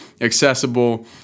accessible